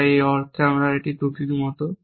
তাই এই অর্থে এটি ত্রুটির মতো